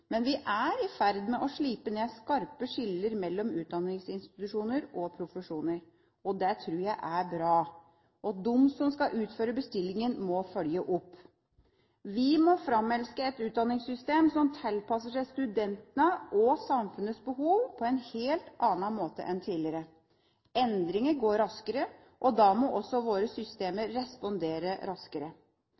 men vi er i ferd med å slipe ned skarpe skiller mellom utdanningsinstitusjoner og profesjoner. Det tror jeg er bra. Og de som skal utføre bestillingen, må følge opp. Vi må framelske et utdanningssystem som tilpasser seg studentenes og samfunnets behov på en helt annen måte enn tidligere. Endringene går raskere, og da må også våre systemer respondere raskere.